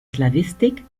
slawistik